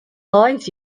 lives